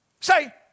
Say